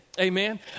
Amen